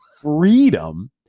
freedom